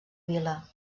vila